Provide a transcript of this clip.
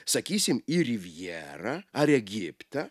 sakysim į rivjerą ar egiptą